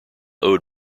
owed